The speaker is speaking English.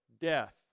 death